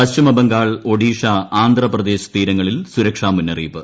പശ്ചിമബംഗാൾ ഒഡീഷ ആന്ധ്ര പ്രദേശ് തീരങ്ങളിൽ സുരക്ഷ മുന്നറിയിപ്പ്